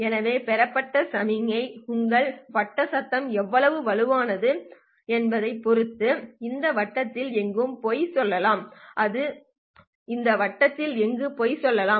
எனவே பெறப்பட்ட சமிக்ஞை உங்கள் வட்ட சத்தம் எவ்வளவு வலுவானது என்பதைப் பொறுத்து இந்த வட்டத்தில் எங்கும் பொய் சொல்லலாம் அது இந்த வட்டத்தில் எங்கும் பொய் சொல்லலாம்